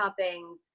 toppings